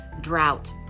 drought